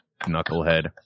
knucklehead